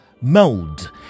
mold